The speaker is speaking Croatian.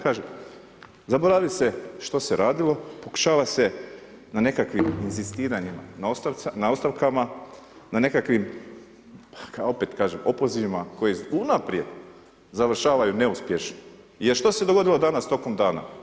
Kažem, zaboravi se što se radilo, pokušava se na nekakvom inzistiranjem na ostavkama, na nekakvim opozivima koji unaprijed završavaju neuspješno jer što se dogodilo danas tokom dana?